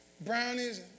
brownies